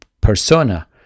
persona